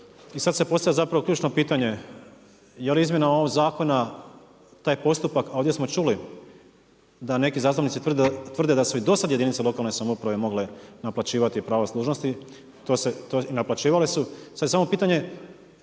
I sad se postavlja zapravo ključno pitanje je li izmjena ovog zakona, taj postupak, a ovdje smo čuli da neki zastupnici tvrde da su i do sad jedinice lokalne samouprave mogle naplaćivati pravo služnosti i naplaćivale su. Sad je samo pitanje